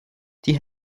die